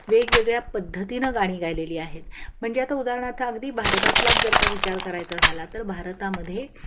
वेगवेगळ्या पद्धतीनं गाणी गालेली आहेत म्हणजे आता उदाहारणार्थ अगदी भारतातलाच जर का विचार करायचा झाला तर भारतामध्ये